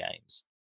games